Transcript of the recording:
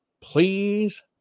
please